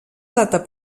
data